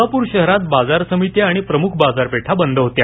सोलापूर शहरात बाजार समित्या आणि प्रमुख बाजारपेठा बंद होत्या